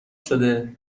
شده